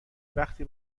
وقتی